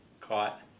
Caught